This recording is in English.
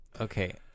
okay